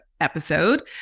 episode